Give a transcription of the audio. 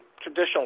traditional